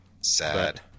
Sad